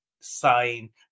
sign